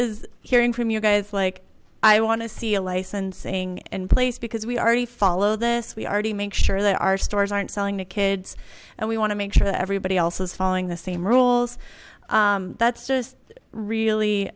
is hearing from you guys like i want to see a licensing in place because we already follow this we already make sure that our stores aren't selling the kids and we want to make sure that everybody else is following the same rules that's just really